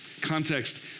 Context